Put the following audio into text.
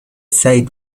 side